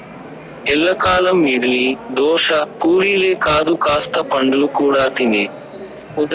ఎల్లకాలం ఇడ్లీ, దోశ, పూరీలే కాదు కాస్త పండ్లు కూడా తినే